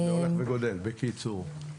זה גדל בקיצור.